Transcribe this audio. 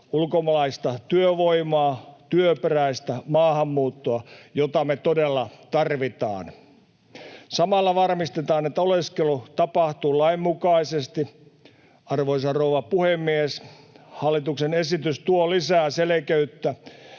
ulkomaalaista työvoimaa, työperäistä maahanmuuttoa, jota me todella tarvitaan. Samalla varmistetaan, että oleskelu tapahtuu lainmukaisesti. Arvoisa rouva puhemies! Hallituksen esitys tuo lisää selkeyttä